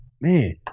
man